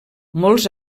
molts